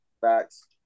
Facts